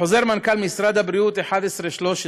בחוזר מנכ"ל משרד הבריאות 11/13